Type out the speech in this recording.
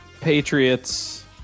Patriots